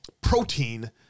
protein